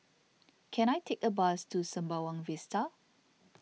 can I take a bus to Sembawang Vista